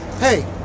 hey